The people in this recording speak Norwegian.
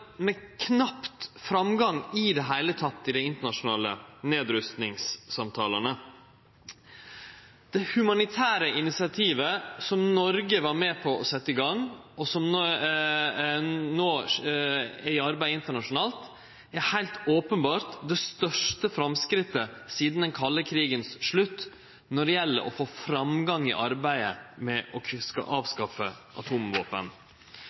knapt vore framgang i det heile i dei internasjonale nedrustingssamtalane. Det humanitære initiativet som Noreg var med på å setje i gang, og som no er i gang internasjonalt, er heilt openbert det største framsteget sidan den kalde krigen sin slutt når det gjeld å få framgang i arbeidet med å avskaffe atomvåpen.